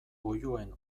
oiloen